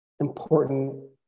important